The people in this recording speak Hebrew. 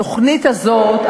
בתוכנית הזאת,